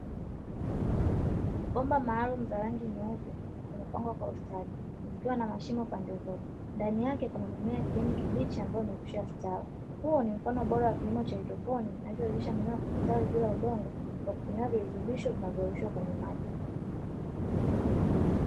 Bomba maalumu za rangi nyeupe zimepangwa Kwa ustadi zikiwa na mashimo pande zote ndani yake kuna mimea ya kijani kibichi ambayo imekwisha stawi huu ni mfano Bora wa kilimo cha haidroponi kinachowezesha mmea kustawi bila udongo kwa kutumia virutubisho vinavyoyeyushwa kwenye maji.